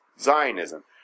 Zionism